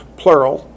plural